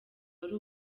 wari